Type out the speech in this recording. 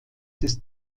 des